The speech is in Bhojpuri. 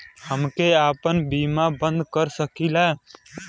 हमके आपन बीमा बन्द कर सकीला?